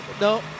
no